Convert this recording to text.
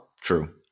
True